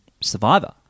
Survivor